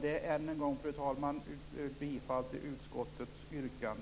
Fru talman! Jag yrkar än en gång bifall till utskottets hemställan